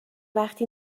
وقتی